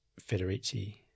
Federici